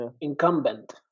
Incumbent